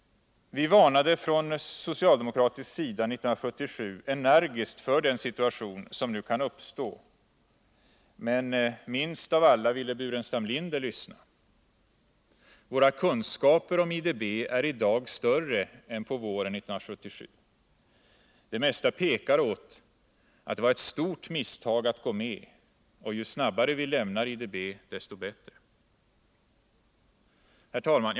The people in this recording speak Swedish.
Vi varnade från socialdemokraternas sida 1977 energiskt för den situation som nu kan uppstå, men minst av alla ville herr Burenstam Linder lyssna. Våra kunskaper om IDB är i dag större än på våren 1977. Det mesta pekar åt att det var ett stort misstag att gå med och att ju snabbare vi lämnar IDB, desto bättre. Herr talman!